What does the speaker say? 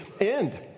end